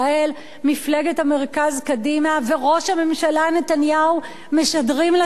מפלגת המרכז קדימה וראש הממשלה נתניהו משדרים לציבור?